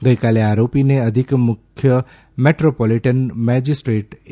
ગઈકાલે આરોપીને અધિક મુખ્ય મેટ્રોપોલીટન મેજીસ્ટ્રેટ એ